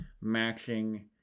matching